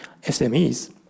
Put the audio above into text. SMEs